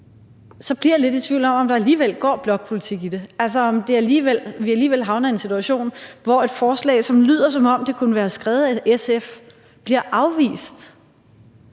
så bliver jeg lidt i tvivl om, om der alligevel går blokpolitik i det, altså om vi alligevel havner i en situation, hvor et forslag, som lyder, som om det kunne være skrevet af SF, bliver afvist,